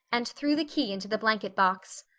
and threw the key into the blanket box.